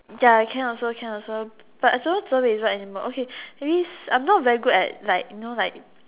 ya can also can also but supposed to be what animal okay that means I am not very good at like you know like